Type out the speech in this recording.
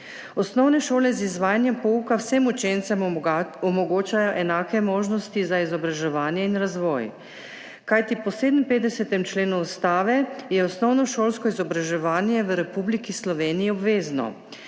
Osnovne šole z izvajanjem pouka vsem učencem omogočajo enake možnosti za izobraževanje in razvoj, kajti po 57. členu Ustave, je osnovnošolsko izobraževanje v Republiki Sloveniji obvezno.